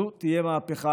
זו תהיה מהפכה,